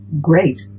great